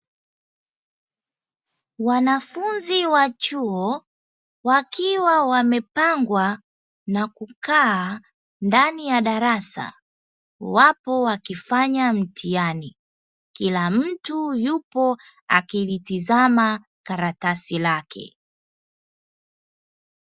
Wanafunzi wa chuo wakiwa wamepangwa na kukaa ndani darasa, wapo wakifanya mtihani. Kila mtu yupo akilitizama karatasi lake.